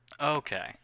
Okay